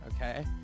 okay